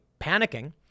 panicking